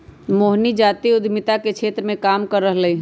मोहिनी जाति उधमिता के क्षेत्र मे काम कर रहलई ह